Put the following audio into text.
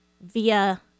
via